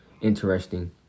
interesting